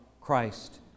Christ